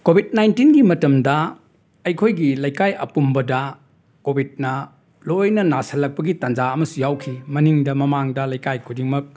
Covid ꯅꯥꯏꯟꯇꯤꯟꯒꯤ ꯃꯇꯝꯗ ꯑꯩꯈꯣꯏꯒꯤ ꯂꯩꯀꯥꯏ ꯑꯄꯨꯝꯕꯗ ꯀꯣꯈꯤꯠꯅ ꯂꯣꯏꯅ ꯅꯥꯁꯤꯜꯂꯛꯄꯒꯤ ꯇꯅꯖꯥ ꯑꯃꯁꯨ ꯌꯥꯎꯈꯤ ꯃꯅꯤꯡꯗ ꯃꯃꯥꯡꯗ ꯂꯩꯀꯥꯏ ꯈꯨꯗꯤꯡꯃꯛ